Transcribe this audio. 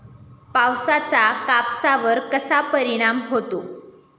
पावसाचा कापसावर कसा परिणाम होतो?